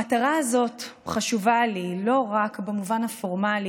המטרה הזאת חשובה לי לא רק במובן הפורמלי,